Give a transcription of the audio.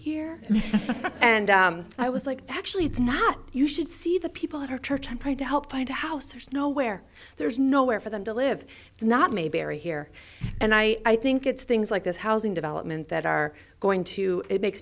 here and i was like actually it's not you should see the people at our church trying to help find a house there's nowhere there's nowhere for them to live it's not mayberry here and i think it's things like this housing development that are going to it make